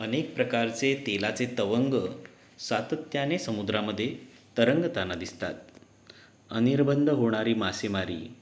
अनेक प्रकारचे तेलाचे तवंग सातत्याने समुद्रामध्ये तरंगताना दिसतात अनिर्बंध होणारी मासेमारी